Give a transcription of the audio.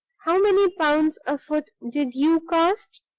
how many pounds a foot did you cost?